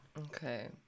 Okay